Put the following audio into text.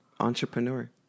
Entrepreneur